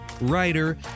writer